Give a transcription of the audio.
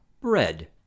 Bread